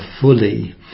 fully